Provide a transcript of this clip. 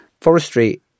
forestry